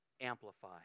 amplify